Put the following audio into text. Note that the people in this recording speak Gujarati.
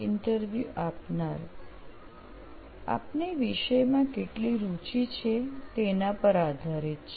ઈન્ટરવ્યુ આપનાર આપને એ વિષયમાં કેટલી રુચિ છે તેની પર આધારિત છે